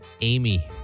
Amy